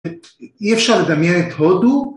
‫אי אפשר לדמיין את הודו.